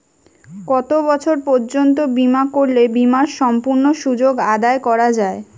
কত বছর পর্যন্ত বিমা করলে বিমার সম্পূর্ণ সুযোগ আদায় করা য়ায়?